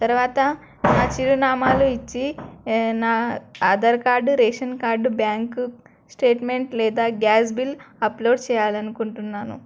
తర్వాత నా చిరునామాలు ఇచ్చి నా Aadhaar card ration card bank statement లేదా గ్యాస్ బిల్ అప్లోడ్ చేయాలనుకుంటున్నాను